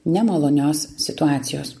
nemalonios situacijos